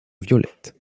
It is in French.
violettes